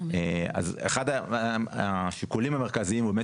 אז אחד השיקולים המרכזיים הוא באמת